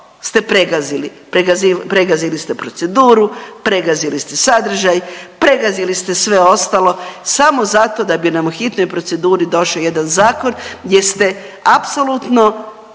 ste pregazili. Pregazili ste proceduru, pregazili ste sadržaj, pregazili ste sve ostalo samo zato da bi nam u hitnoj proceduri došao jedan zakon gdje ste apsolutno